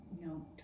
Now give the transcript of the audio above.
no